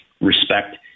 respect